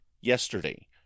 yesterday